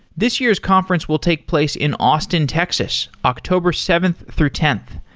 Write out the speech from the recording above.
this year's conference will take place in austin, texas, october seventh through tenth,